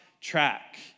track